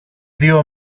δυο